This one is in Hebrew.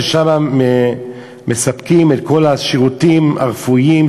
ששם מספקים את כל השירותים הרפואיים,